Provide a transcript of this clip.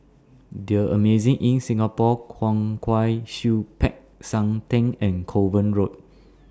The Amazing Inn Singapore Kwong Wai Siew Peck San Theng and Kovan Road